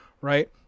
right